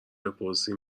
بپرسی